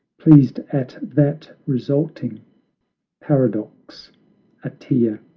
pleased at that resulting paradox a tear